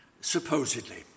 Supposedly